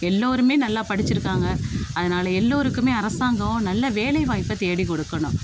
எல்லோருமே நல்லா படித்திருக்காங்க அதனால் எல்லோருக்குமே அரசாங்கம் நல்ல வேலைவாய்ப்பை தேடி கொடுக்கணும்